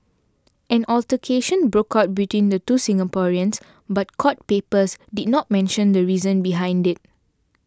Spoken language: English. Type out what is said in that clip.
an altercation broke out between the two Singaporeans but court papers did not mention the reason behind it